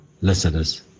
listeners